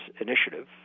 initiative